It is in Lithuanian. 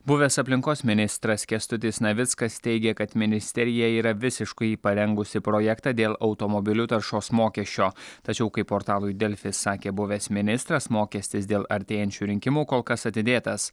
buvęs aplinkos ministras kęstutis navickas teigė kad ministerija yra visiškai parengusi projektą dėl automobilių taršos mokesčio tačiau kaip portalui delfi sakė buvęs ministras mokestis dėl artėjančių rinkimų kol kas atidėtas